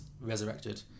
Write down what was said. resurrected